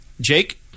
Jake